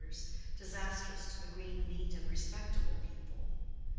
disastrous to the green meat of respectable people.